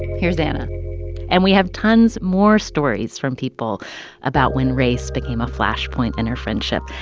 here's anna and we have tons more stories from people about when race became a flashpoint in their friendship.